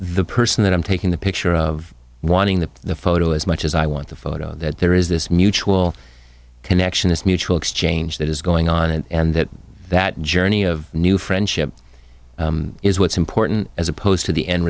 the person that i'm taking the picture of wanting the photo as much as i want the photo that there is this mutual can action is mutual exchange that is going on and that that journey of new friendship is what's important as opposed to the end